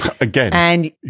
Again